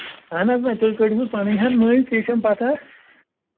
اہن حظ وۄنۍ تُہۍ کٔڑۍہُس پَنٕنۍ ۂن مٔلۍ تی چھَم پَتہ